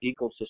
ecosystem